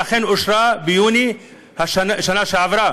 שאכן אושרה ביוני בשנה שעברה.